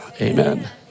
Amen